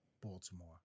Baltimore